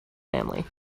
family